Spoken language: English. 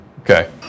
Okay